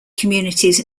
communities